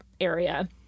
area